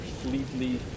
completely